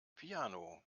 piano